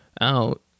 out